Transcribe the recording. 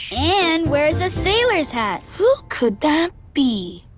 and wears a sailor's hat. who could that be?